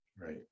right